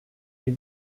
les